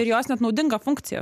ir jos net naudinga funkcija